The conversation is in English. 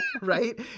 Right